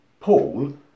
Paul